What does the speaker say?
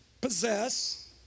possess